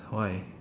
why